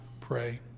pray